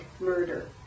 murder